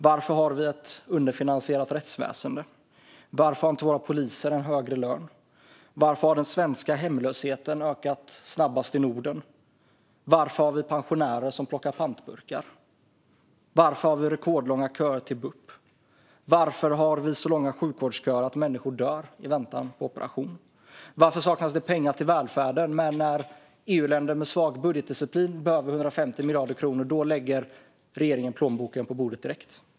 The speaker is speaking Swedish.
Varför har vi ett underfinansierat rättsväsen? Varför har inte våra poliser högre lön? Varför har den svenska hemlösheten ökat snabbast i Norden? Varför har vi pensionärer som plockar pantburkar? Varför har vi rekordlånga köer till bup? Varför har vi så långa sjukvårdsköer att människor dör i väntan på operation? Det saknas pengar till välfärden, men när EU-länder med svag budgetdisciplin behöver 150 miljarder kronor lägger regeringen plånboken på bordet direkt.